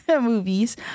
movies